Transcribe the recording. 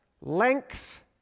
length